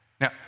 Now